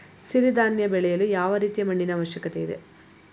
ಸಿರಿ ಧಾನ್ಯ ಬೆಳೆಯಲು ಯಾವ ರೀತಿಯ ಮಣ್ಣಿನ ಅವಶ್ಯಕತೆ ಇದೆ?